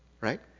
right